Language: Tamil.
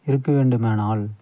இருக்க வேண்டுமானால்